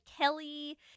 Kelly